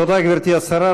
תודה, גברתי השרה.